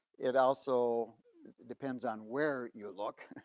it also depends on where you look